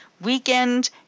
weekend